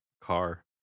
car